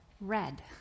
red